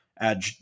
Add